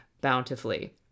bountifully